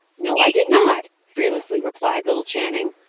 no, i did not! fearlessly replied little channing.